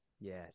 yes